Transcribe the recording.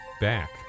back